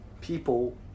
people